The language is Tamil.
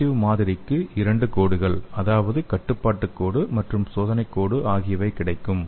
பாசிடிவ் மாதிரிக்கு இரண்டு கோடுகள் அதாவது கட்டுப்பாட்டு கோடு மற்றும் சோதனை கோடு ஆகியவை கிடைக்கும்